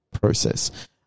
process